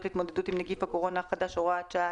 להתמודדות עם נגיף הקורונה החדש (הוראת שעה),